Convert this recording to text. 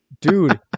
Dude